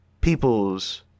people's